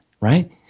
right